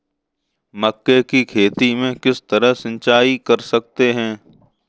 मक्के की खेती में किस तरह सिंचाई कर सकते हैं?